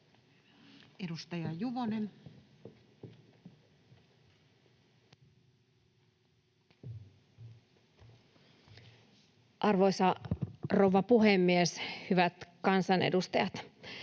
18:23 Content: Arvoisa rouva puhemies! Hyvät kansanedustajat!